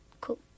cool